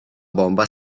bomba